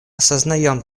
осознаем